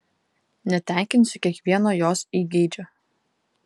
netenkinsiu kiekvieno jos įgeidžio